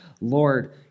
Lord